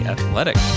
Athletic